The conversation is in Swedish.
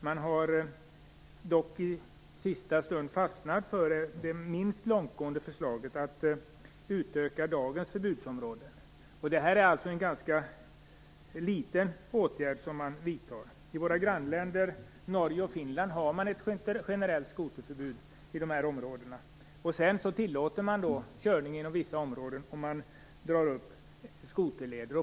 Man har dock i sista stund fastnat för det minst långtgående förslaget, att utöka dagens förbudsområde. Det är alltså en ganska liten åtgärd som man vidtar. I våra grannländer Norge och Finland har man ett generellt skoterförbud i de här områdena. Sedan tillåter man körning inom vissa områden och man drar upp skoterleder.